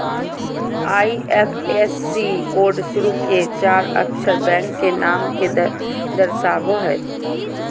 IFSC code शुरू के चार अक्षर बैंक के नाम के दर्शावो हइ